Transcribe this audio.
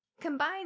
combine